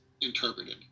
interpreted